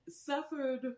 suffered